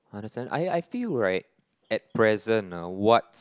understand I I feel right at present ah what's